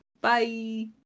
Bye